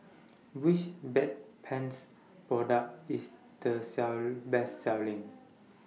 Which Bedpans Product IS The Best Selling